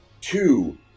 two